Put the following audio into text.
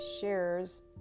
shares